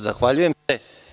Zahvaljujem se.